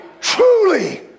Truly